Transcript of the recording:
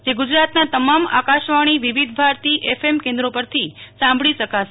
જે ગુજરાતના તમામ આકાશવાણી વિવિધ ભારતી એફ એમ કેન્દ્રો પરથી સાંભળી શકાશે